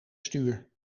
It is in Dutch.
stuur